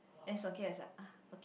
then song Song-Kiat is like ah okay